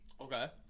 Okay